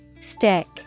Stick